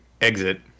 exit